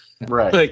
Right